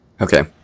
Okay